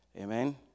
Amen